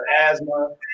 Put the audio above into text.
asthma